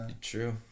True